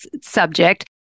subject